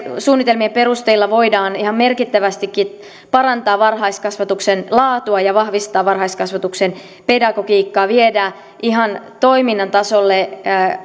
suunnitelmien perusteella voidaan ihan merkittävästikin parantaa varhaiskasvatuksen laatua ja vahvistaa varhaiskasvatuksen pedagogiikkaa viedä ihan toiminnan tasolle